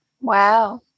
Wow